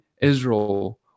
Israel